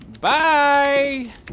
Bye